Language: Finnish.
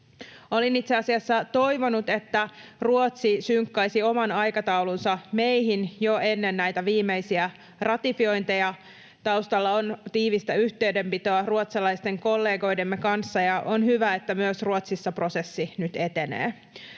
Olin itse asiassa toivonut, että Ruotsi synkkaisi oman aikataulunsa meihin jo ennen näitä viimeisiä ratifiointeja. Taustalla on tiivistä yhteydenpitoa ruotsalaisten kollegoidemme kanssa, ja on hyvä, että myös Ruotsissa prosessi nyt etenee.